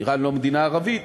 איראן לא מדינה ערבית,